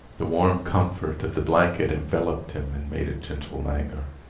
the warm comfort of the blanket enveloped him and made a gentle langour.